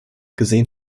gesehen